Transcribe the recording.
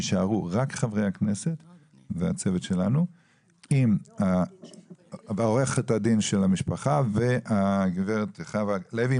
יישארו רק חברי הכנסת והצוות שלנו ועורכת הדין של המשפחה והגב' חוה לוי,